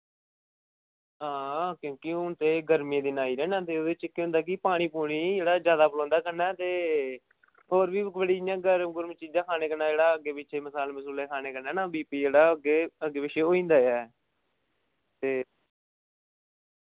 हां क्यूंकि हु'न ते गर्मी दे दिन आई दे ना ते उ'दे च केह् होंदा कि पानी पुनि जेह्ड़ा जैदा पलोंदा कन्नै ते और बी बड़ी इ'यां गर्म गुर्म चीजां खाने कन्नै जेह्ड़ा अग्गे पिच्छे मसाल्ले मसुल्ले खाने कन्नै ना बीपी जेह्ड़ा अग्गे पिच्छे होई जंदा ऐ ते